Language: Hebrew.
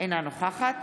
אינה נוכחת